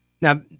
Now